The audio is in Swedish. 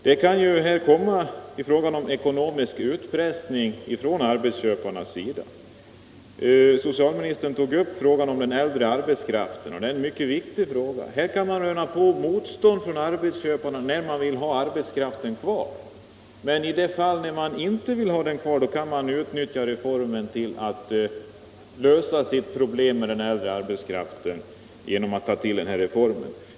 Här kan det bli fråga om ekonomisk utpressning från arbetsköparna. Socialministern tog upp frågan om den äldre arbetskraften. Det är en mycket viktig fråga. Man kan röna motstånd från arbetsköparna när de vill ha arbetskraften kvar, men när de inte vill ha arbetskraften kvar kan de lösa sitt problem med den äldre arbetskraften genom att utnyttja den här reformen.